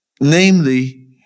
namely